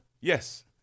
Yes